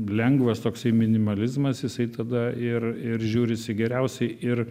lengvas toksai minimalizmas jisai tada ir ir žiūrisi geriausiai ir